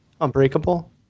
Unbreakable